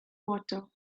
water